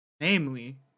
namely